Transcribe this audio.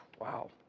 Wow